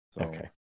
Okay